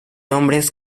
hombres